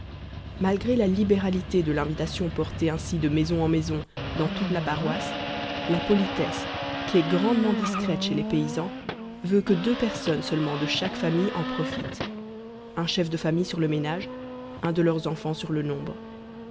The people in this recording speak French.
malgré la libéralité de l'invitation portée ainsi de maison en maison dans toute la paroisse la politesse qui est grandement discrète chez les paysans veut que deux personnes seulement de chaque famille en profitent un chef de famille sur le ménage un de leurs enfants sur le nombre